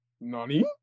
Nani